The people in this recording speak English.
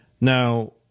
Now